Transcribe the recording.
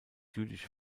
jüdische